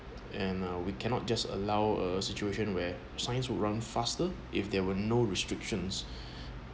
and uh we cannot just allow a situation where science will run faster if there were no restrictions